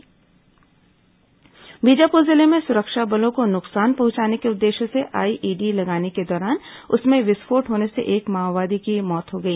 विस्फोट माओवादी मौत बीजापुर जिले में सुरक्षा बलों को नुकसान पहुंचाने के उद्देश्य से आईईडी लगाने के दौरान उसमें विस्फोट होने से एक माओवादी की मौत हो गई